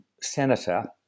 senator